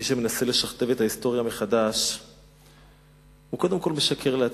מי שמנסה לשכתב את ההיסטוריה הוא קודם כול משקר לעצמו,